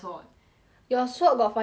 your shirt got fire aspect or not